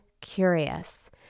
curious